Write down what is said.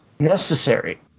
necessary